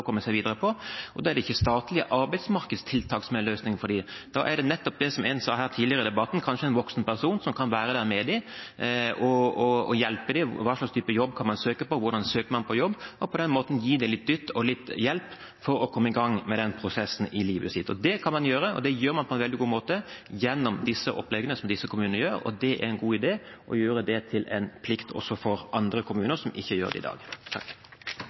komme seg videre på. Da er det ikke statlige arbeidsmarkedstiltak som er løsningen for dem. Da er det kanskje nettopp, som en sa her tidligere i debatten, en voksen person som kan være der og hjelpe dem med hva slags type jobb de kan søke på, med hvordan man søker på jobb, og på den måten gi dem litt dytt og hjelp for å komme i gang med den prosessen i livet sitt. Det kan man gjøre, og det gjør man på en veldig god måte gjennom disse oppleggene som disse kommunene har, og det er en god idé å gjøre det til en plikt også for andre kommuner som ikke gjør det i dag.